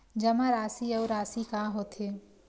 जमा राशि अउ राशि का होथे?